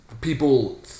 people